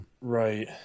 Right